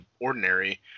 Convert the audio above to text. ordinary